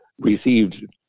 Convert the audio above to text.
received